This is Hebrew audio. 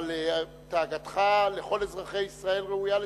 אבל דאגתך לכל אזרחי ישראל ראויה לציון.